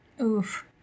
Oof